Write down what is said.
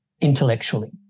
intellectually